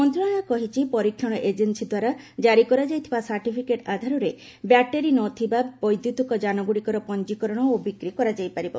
ମନ୍ତ୍ରଣାଳୟ କହିଛି ପରୀକ୍ଷଣ ଏଜେନ୍ନୀ ଦ୍ୱାରା ଜାରି କରାଯାଇଥିବା ସାର୍ଟିଫିକେଟ୍ ଆଧାରରେ ବ୍ୟାଟେରି ନ ଥିବା ବୈଦ୍ୟୁତିକ ଯାନଗୁଡ଼ିକର ପଞ୍ଜିକରଣ ଓ ବିକ୍ରି କରାଯାଇ ପାରିବ